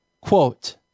Quote